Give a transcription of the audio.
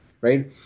right